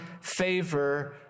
favor